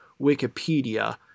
Wikipedia